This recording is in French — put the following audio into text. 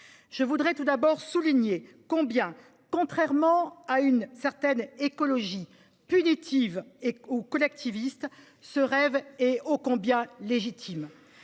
Je voudrais tout d’abord souligner combien, contrairement à ce qu’affirme une certaine écologie punitive ou collectiviste, ce rêve est légitime.